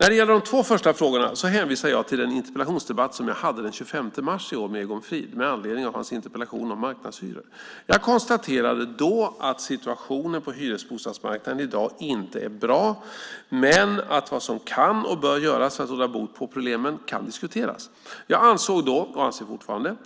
När det gäller de två första frågorna hänvisar jag till den interpellationsdebatt som jag hade den 25 mars i år med Egon Frid med anledning av hans interpellation om marknadshyror. Jag konstaterade då att situationen på hyresbostadsmarknaden i dag inte är bra men att vad som kan och bör göras för att råda bot på problemen kan diskuteras. Jag ansåg då och anser fortfarande